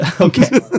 okay